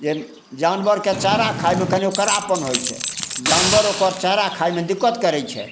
जे जानवरके चारा खाइमे कनि ओ कड़ापन होइ छै जानवर ओकर चारा खाइमे दिक्कत करै छै